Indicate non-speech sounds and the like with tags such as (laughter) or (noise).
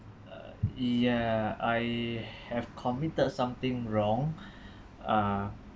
uh ya I have committed something wrong (breath) uh